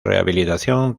rehabilitación